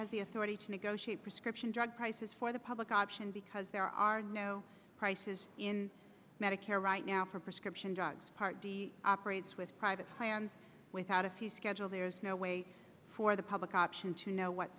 has the authority to negotiate prescription drug prices for the public option because there are no prices in medicare right now for prescription drugs party operates with private plans without a fee schedule there is no way for the public option to know what